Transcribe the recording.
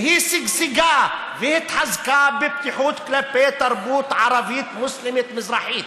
והיא שגשגה והתחזקה עם הפתיחות כלפי תרבות ערבית מוסלמית מזרחית.